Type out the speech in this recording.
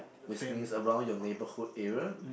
which means around your neighborhood area